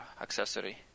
accessory